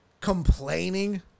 complaining